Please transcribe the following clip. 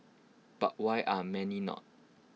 but why are many not